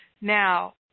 Now